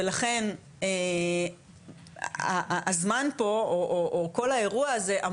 ולכן הזמן פה או כל האירוע הזה,